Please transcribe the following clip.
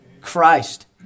Christ